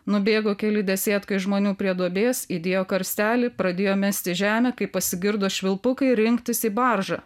nubėgo keli desėtkai žmonių prie duobės įdėjo karstelį pradėjo mesti žemę kai pasigirdo švilpukai rinktis į baržą